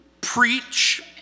Preach